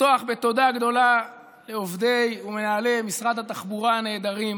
לפתוח בתודה גדולה לעובדי ומנהלי משרד התחבורה הנהדרים.